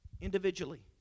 Individually